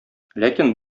ләкин